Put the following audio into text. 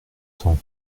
temps